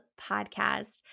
podcast